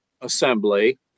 assembly